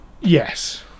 Yes